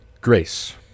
grace